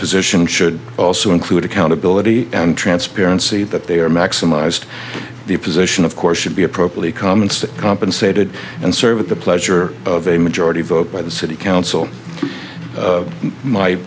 position should also include accountability and transparency that they are maximized the position of course should be appropriate comments compensated and serve at the pleasure of a majority vote by the city council